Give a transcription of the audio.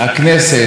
הכנסת,